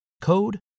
Code